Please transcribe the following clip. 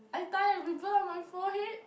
I tie a ribbon on my forehead